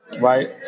right